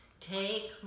Take